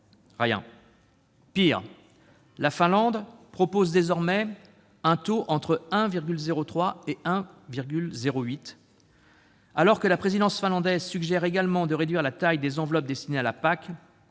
Rien. Pis, la Finlande propose désormais un taux entre 1,03 % et 1,08 %. Alors que la présidence finlandaise suggère également de réduire la taille des enveloppes destinées à la PAC,